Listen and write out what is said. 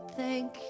thank